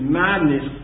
madness